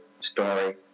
story